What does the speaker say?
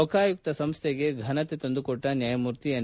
ಲೋಕಾಯುಕ್ತ ಸಂಸ್ಥೆಗೆ ಘನತೆ ತಂದುಕೊಟ್ಟ ನ್ಕಾಯಮೂರ್ತಿ ಎನ್